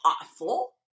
awful